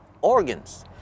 organs